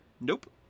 Nope